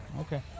Okay